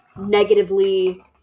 negatively